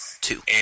Two